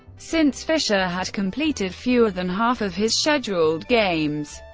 since fischer had completed fewer than half of his scheduled games,